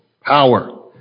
Power